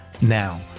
Now